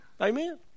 Amen